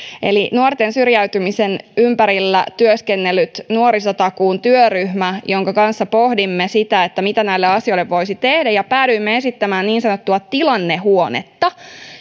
eli nuorten syrjäytymisen ympärillä työskennellyt nuorisotakuun työryhmä jonka kanssa pohdimme sitä mitä näille asioille voisi tehdä ja päädyimme esittämään niin sanottua tilannehuonetta